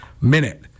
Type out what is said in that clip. Minute